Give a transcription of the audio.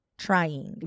trying